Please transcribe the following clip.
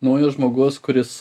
naujas žmogaus kuris